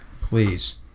Please